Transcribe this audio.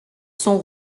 sont